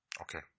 Okay